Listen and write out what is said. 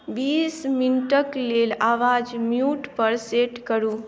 बीस मिंटक लेल आवाज म्यूट पर सेट करू